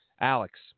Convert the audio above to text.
Alex